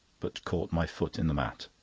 but caught my foot in the mat.